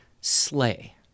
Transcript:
slay